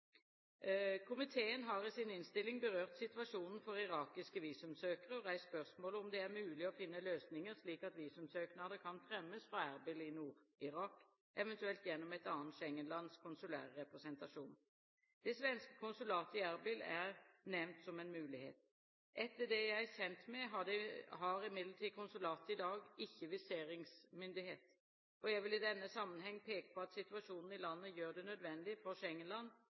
Komiteen har i sin innstilling berørt situasjonen for irakiske visumsøkere og reist spørsmålet om det er mulig å finne løsninger, slik at visumsøknader kan fremmes fra Erbil i Nord-Irak, eventuelt gjennom et annet Schengen-lands konsulære representasjon. Det svenske konsulatet i Erbil er nevnt som en mulighet. Etter det jeg er kjent med, har imidlertid konsulatet i dag ikke viseringsmyndighet. Jeg vil i denne sammenheng peke på at situasjonen i landet gjør det nødvendig for